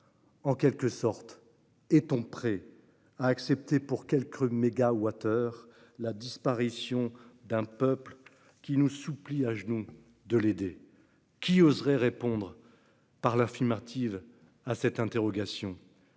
En quelque sorte, est-on prêt à accepter pour quelques mégawattheures la disparition d'un peuple qui nous supplie à genoux de l'aider ? Qui oserait répondre par l'affirmative à cette interrogation ?